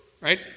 right